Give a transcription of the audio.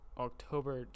October